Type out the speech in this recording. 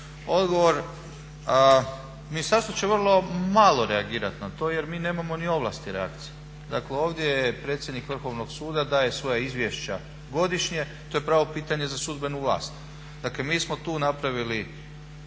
odgovor. A ministarstvo će vrlo malo reagirati na to jer mi nemamo ni ovlasti reakcije. Dakle ovdje je predsjednik Vrhovnog suda daje svoja izvješća godišnje, to je pravo pitanje za sudbenu vlast. Dakle mi smo tu napravili,